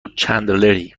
چندلری